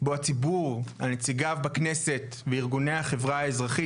בו הציבור ונציגיו בכנסת וארגוני החברה האזרחית,